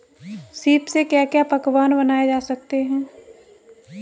सीप से क्या क्या पकवान बनाए जा सकते हैं?